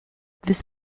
this